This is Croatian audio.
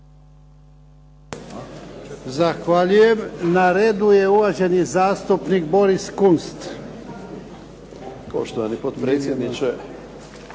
Zahvaljujem. Na redu je uvaženi zastupnik Boris Kunst. **Kunst, Boris